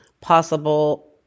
possible